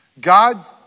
God